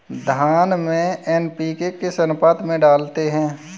धान में एन.पी.के किस अनुपात में डालते हैं?